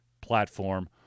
platform